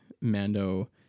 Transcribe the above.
Mando